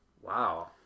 Wow